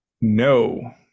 No